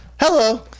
Hello